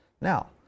Now